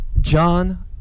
John